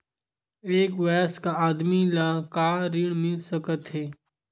एक वयस्क आदमी ल का ऋण मिल सकथे?